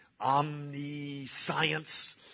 Omniscience